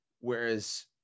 whereas